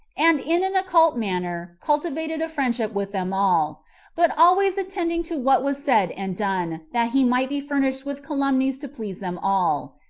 and in an occult manner cultivated a friendship with them all but always attending to what was said and done, that he might be furnished with calumnies to please them all.